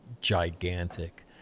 gigantic